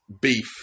beef